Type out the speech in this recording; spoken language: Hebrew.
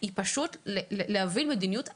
היא פשוט להביא מדיניות אחרת,